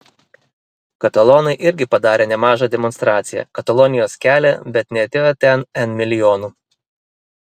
katalonai irgi padarė nemažą demonstraciją katalonijos kelią bet neatėjo ten n milijonų